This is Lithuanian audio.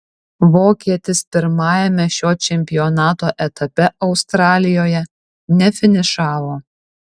vokietis pirmajame šio čempionato etape australijoje nefinišavo